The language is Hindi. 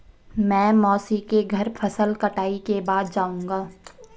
मैं मौसी के घर फसल कटाई के बाद जाऊंगा